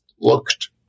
looked